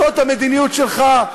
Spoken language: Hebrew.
זאת המדיניות שלך?